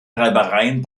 reibereien